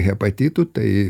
hepatitu tai